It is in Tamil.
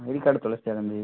ஐடி கார்டு துலைச்சிட்டியா தம்பி